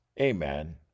Amen